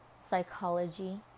psychology